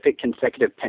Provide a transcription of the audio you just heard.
consecutive